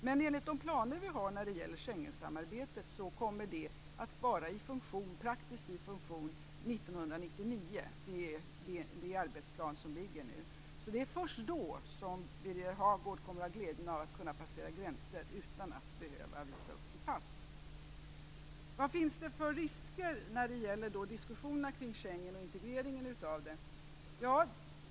Men enligt de planer som vi har när det gäller Schengensamarbetet kommer det att vara i praktisk funktion 1999. Det är den arbetsplan som nu föreligger. Det är först då som Birger Hagård kommer att ha glädjen av att kunna passera gränser utan att behöva visa upp sitt pass. Vad finns det då för risker när det gäller diskussionerna kring Schengensamarbetet och integreringen av detta?